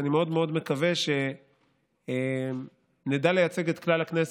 ואני מאוד מאוד מקווה שנדע לייצג את כלל הכנסת.